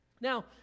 Now